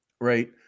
right